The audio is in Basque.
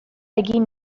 egin